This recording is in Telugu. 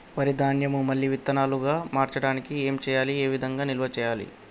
వరి ధాన్యము మళ్ళీ విత్తనాలు గా మార్చడానికి ఏం చేయాలి ఏ విధంగా నిల్వ చేయాలి?